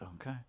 Okay